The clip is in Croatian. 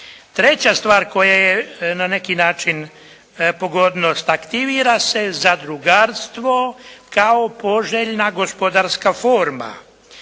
Treća stvar koja je na neki način pogodnost, aktivira se zadrugarstvo kao poželjna gospodarska forma.